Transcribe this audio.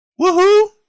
Woohoo